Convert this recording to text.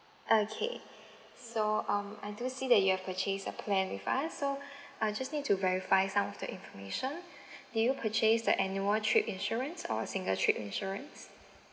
okay so um I do see that you have purchased a plan with us so I'll just need to verify some of the information did you purchase the annual trip insurance or a single trip insurance